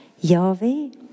Yahweh